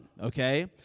okay